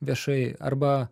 viešai arba